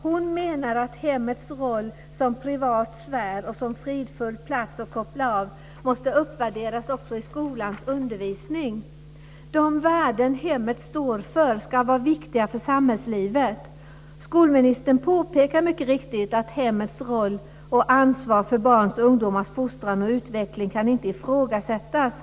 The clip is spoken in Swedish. Hon menar att hemmets roll som privat sfär och som fridfull plats att koppla av på måste uppvärderas också i skolans undervisning. De värden som hemmet står för ska vara viktiga för samhällslivet. Skolministern påpekar mycket riktigt att hemmets roll och ansvar för barns och ungdomars fostran och utveckling inte kan ifrågasättas.